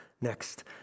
next